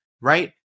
right